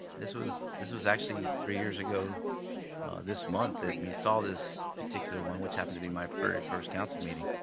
this was this was actually three years ago this month that we saw this particular one, which happened to be my very first council meeting,